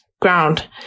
ground